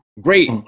great